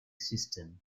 system